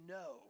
no